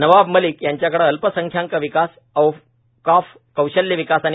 नवाब मलिक यांच्याकडे अल्पसंख्याक विकास औकाफ कौशल्य विकास आणि